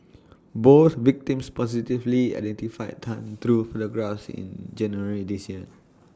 both victims positively identified Tan through photographs in January this year